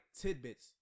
tidbits